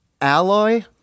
Alloy